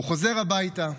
הוא חוזר הביתה.